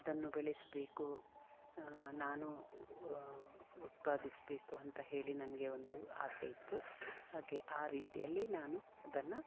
ಅದನ್ನು ಬೆಳೆಸಬೇಕು ನಾನು ಉತ್ಪಾದಿಸಬೇಕು ಅಂತ ಹೇಳಿ ನನಗೆ ಒಂದು ಆಸೆ ಇತ್ತು ಹಾಗೆ ಆ ರೀತಿಯಲ್ಲಿ ನಾನು ಅದನ್ನು